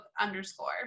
underscore